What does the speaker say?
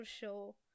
show